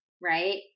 right